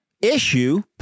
issue